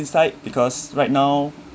inside because right now